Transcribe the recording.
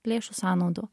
lėšų sąnaudų